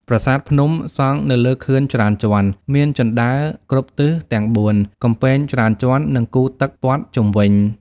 ប្រាសាទភ្នំ: សង់នៅលើខឿនច្រើនជាន់ មានជណ្តើរគ្រប់ទិសទាំងបួន កំពែងច្រើនជាន់ និងគូទឹកព័ទ្ធជុំវិញ។